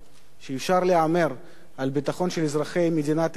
שאפשר להמר על הביטחון של אזרחי מדינת ישראל,